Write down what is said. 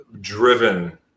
driven